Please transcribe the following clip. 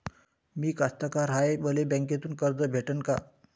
मी कास्तकार हाय, मले बँकेतून कर्ज भेटन का?